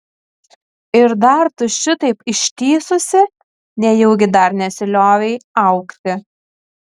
ir dar tu šitaip ištįsusi nejaugi dar nesiliovei augti